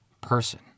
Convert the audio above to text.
person